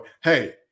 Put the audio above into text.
hey